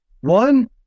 One